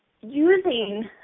using